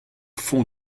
fond